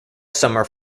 summer